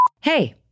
Hey